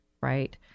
right